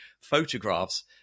photographs